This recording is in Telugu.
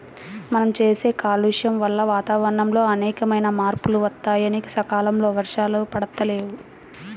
మనం చేసే కాలుష్యం వల్ల వాతావరణంలో అనేకమైన మార్పులు వత్తన్నాయి, సకాలంలో వర్షాలు పడతల్లేదు